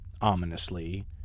ominously